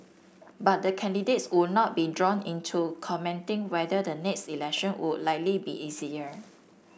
but the candidates would not be drawn into commenting whether the next election would likely be easier